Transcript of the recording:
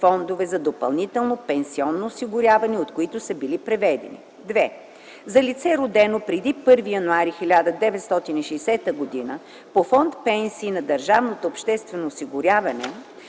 фондове за допълнително пенсионно осигуряване, от които са били преведени; 2. за лице, родено преди 1 януари 1960 г. - по фонд „Пенсии” на държавното обществено осигуряване;